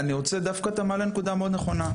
דווקא אתה מעלה נקודה מאוד נכונה.